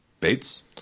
Bates